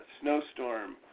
snowstorm